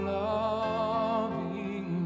loving